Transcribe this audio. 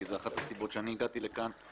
כי זו אחת הסיבות שאני הגעתי לכאן.